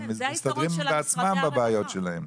הם מסתדרים בעצמם בבעיות שלהם.